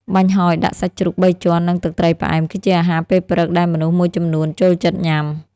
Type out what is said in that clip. បាញ់ហយដាក់សាច់ជ្រូកបីជាន់ និងទឹកត្រីផ្អែម គឺជាអាហារពេលព្រឹកដែលមនុស្សមួយចំនួនចូលចិត្តញ៉ាំ។